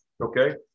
Okay